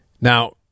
Now